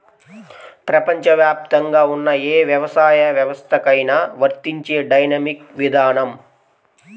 ప్రపంచవ్యాప్తంగా ఉన్న ఏ వ్యవసాయ వ్యవస్థకైనా వర్తించే డైనమిక్ విధానం